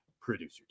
Producer